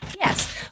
yes